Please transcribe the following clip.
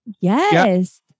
Yes